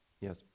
Yes